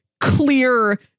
clear